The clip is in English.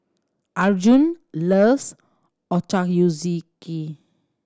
Arjun loves Ochazuke